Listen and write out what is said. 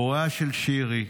הוריה של שירי,